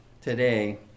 today